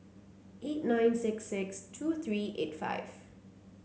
eight nine six six two three eight five